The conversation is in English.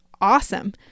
awesome